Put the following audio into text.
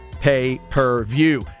pay-per-view